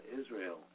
Israel